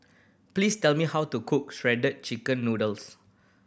please tell me how to cook Shredded Chicken Noodles